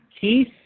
Keith